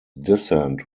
dissent